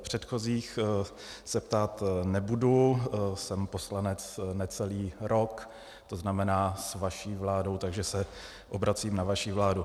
Předchozích se ptát nebudu, jsem poslanec necelý rok, tzn. s vaší vládou, takže se obracím na vaši vládu.